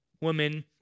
woman